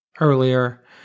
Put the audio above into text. earlier